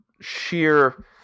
sheer